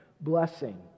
blessing